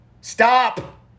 Stop